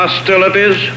hostilities